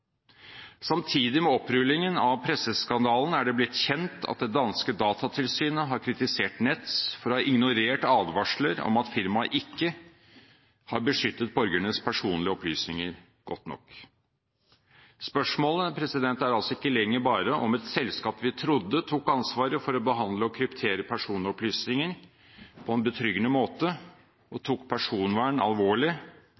Samtidig med opprullingen av presseskandalen er det blitt kjent at danske Datatilsynet har kritisert Nets for å ha ignorert advarsler om at firmaet ikke har beskyttet borgernes personlige opplysninger godt nok. Spørsmålet er altså ikke lenger bare om et selskap vi trodde tok ansvaret for å behandle og kryptere personopplysninger på en betryggende måte, og